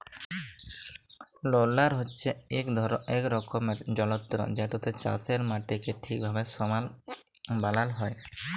roller হছে ইক রকমের যল্তর যেটতে চাষের মাটিকে ঠিকভাবে সমাল বালাল হ্যয়